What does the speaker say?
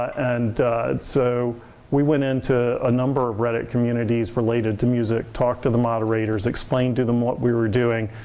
and so we went in to a number of reddit communities related to music, talked to the moderators, explained to them what we were doing.